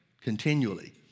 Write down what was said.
continually